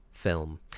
film